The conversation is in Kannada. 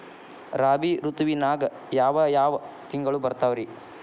ರಾಬಿ ಋತುವಿನಾಗ ಯಾವ್ ಯಾವ್ ತಿಂಗಳು ಬರ್ತಾವ್ ರೇ?